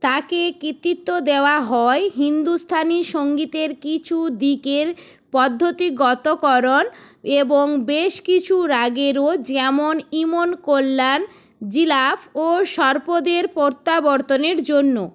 তাঁকে কৃতিত্ব দেওয়া হয় হিন্দুস্থানি সঙ্গীতের কিছু দিকের পদ্ধতিগতকরণ এবং বেশ কিছু রাগেরও যেমন ইমন কল্যাণ জিরাফ ও সর্পদের প্রত্যাবর্তনের জন্য